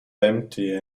empty